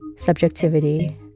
Subjectivity